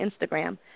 Instagram